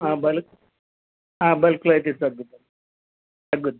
బల్ బల్క్లో అయితే తగ్గుద్ది తగ్గుద్ది